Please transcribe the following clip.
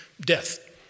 death